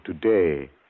today